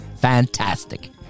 fantastic